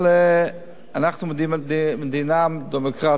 אבל אנחנו מדינה דמוקרטית,